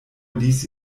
ließ